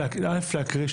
א' להקריא,